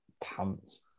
pants